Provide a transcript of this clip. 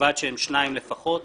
ובלבד שהם שניים לפחות,